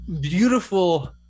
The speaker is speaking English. beautiful